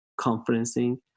conferencing